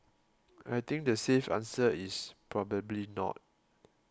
I think the safe answer is probably not